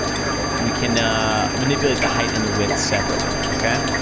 there we go, we can ah manipulate the height and the width separately, okay?